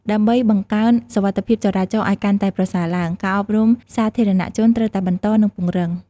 ដើម្បីបង្កើនសុវត្ថិភាពចរាចរណ៍ឱ្យកាន់តែប្រសើរឡើង ការអប់រំសាធារណជនត្រូវតែបន្ត និងពង្រឹង។